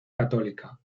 católica